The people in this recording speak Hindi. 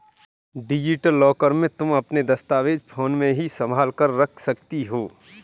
डिजिटल लॉकर में तुम अपने दस्तावेज फोन में ही संभाल कर रख सकती हो